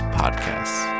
podcasts